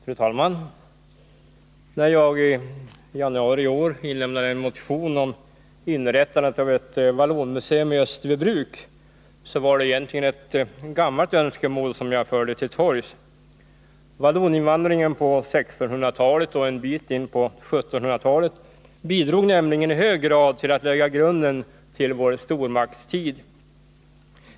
Fru talman! När jag i januari i år inlämnade en motion om inrättandet av ett vallonmuseum i Österbybruk var det egentligen ett gammalt önskemål som jag förde till torgs. Valloninvandringen på 1600-talet och en bit in på 1700-talet bidrog nämligen i hög grad till att lägga grunden till vår stormaktstid.